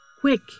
Quick